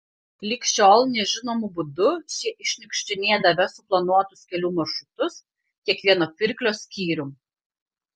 lig šiol nežinomu būdu šie iššniukštinėdavę suplanuotus kelių maršrutus kiekvieno pirklio skyrium